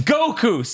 Goku